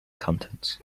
contexts